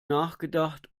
nachgedacht